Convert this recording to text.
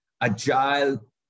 agile